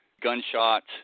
gunshots